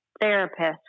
therapist